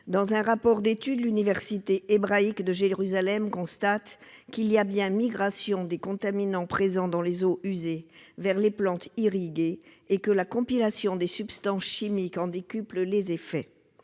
Dans un rapport d'étude, l'université hébraïque de Jérusalem constate qu'il y a bien migration des contaminants présents dans les eaux usées vers les plantes irriguées et que la compilation des substances chimiques en décuple les effets.